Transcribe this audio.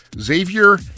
Xavier